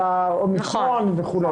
את האומיקרון וכו'.